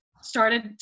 started